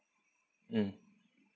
mm